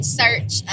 search